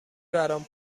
برام